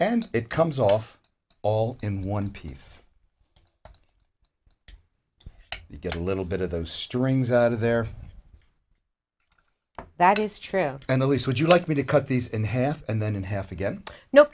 and it comes off all in one piece you get a little bit of those strings out of there that is true and elise would you like me to cut these in half and then in half again no